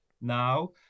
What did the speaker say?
now